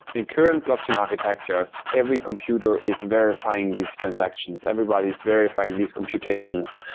in current blockchain architectures, every computer is verifying these transactions. everybody is verifying these computations.